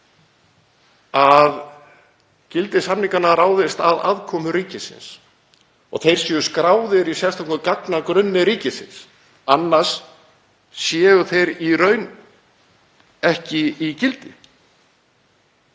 að gildi samninganna ráðist af aðkomu ríkisins og þeir séu skráðir í sérstökum gagnagrunni ríkisins, annars séu þeir í raun ekki í gildi.